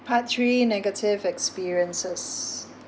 part three negative experiences